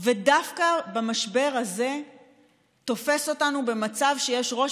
ודווקא המשבר הזה תופס אותנו במצב שיש ראש